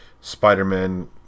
spider-man